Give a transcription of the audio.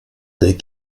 des